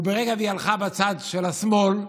וברגע שהיא הלכה לצד של השמאל,